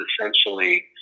essentially